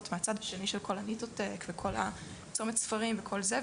מהצד השני של כל ה"ניטו טק" וכל ה"צומת ספרים" וכל זה,